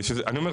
אני אומר,